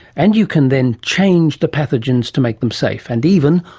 and you can then change the pathogens to make them safe, and even,